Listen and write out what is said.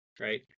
right